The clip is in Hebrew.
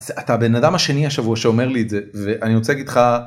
אתה בן אדם השני השבוע שאומר לי את זה ואני רוצה להגיד לך